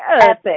epic